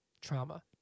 trauma